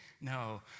No